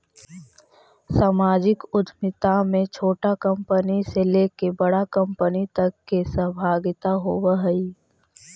सामाजिक उद्यमिता में छोटा कंपनी से लेके बड़ा कंपनी तक के सहभागिता होवऽ हई